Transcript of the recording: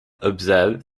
observed